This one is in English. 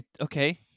Okay